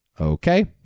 Okay